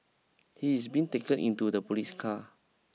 he is being taken into the police car